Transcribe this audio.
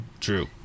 True